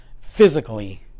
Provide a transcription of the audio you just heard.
physically